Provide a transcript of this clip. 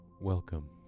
Welcome